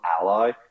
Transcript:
ally